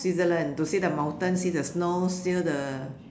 Switzerland to see the mountain see the snow see the